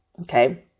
okay